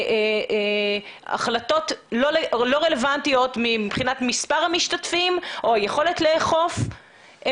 שהחלטות לא רלוונטיות מבחינת מספר המשתתפים או היכולת לאכוף,